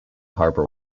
harbour